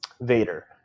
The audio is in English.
Vader